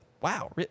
Wow